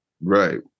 Right